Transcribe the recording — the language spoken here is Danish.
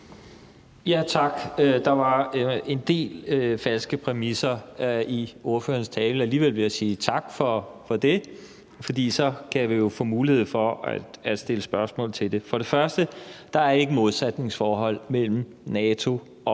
(V): Tak. Der var en del falske præmisser i ordførerens tale. Alligevel vil jeg sige tak for det, for så kan vi jo få mulighed for at stille spørgsmål til det. For det første er der ikke et modsætningsforhold mellem NATO og EU.